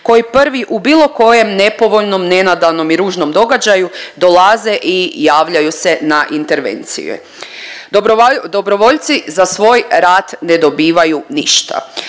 koji prvi u bilo kojem nepovoljnom, nenadanom i ružnom događaju dolaze i javljaju se na intervencije. Dobrovoljci za svoj rad ne dobivaju ništa,